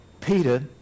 Peter